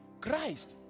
Christ